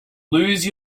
lose